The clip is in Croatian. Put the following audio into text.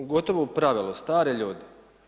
U gotovo u pravilu, stari ljudi.